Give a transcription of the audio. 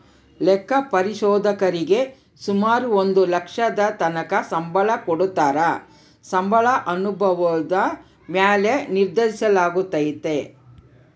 ಲೆಕ್ಕ ಪರಿಶೋಧಕರೀಗೆ ಸುಮಾರು ಒಂದು ಲಕ್ಷದತಕನ ಸಂಬಳ ಕೊಡತ್ತಾರ, ಸಂಬಳ ಅನುಭವುದ ಮ್ಯಾಲೆ ನಿರ್ಧರಿಸಲಾಗ್ತತೆ